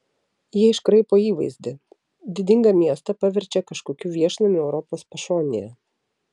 jie iškraipo įvaizdį didingą miestą paverčia kažkokiu viešnamiu europos pašonėje